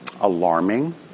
alarming